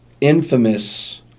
infamous